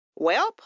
Welp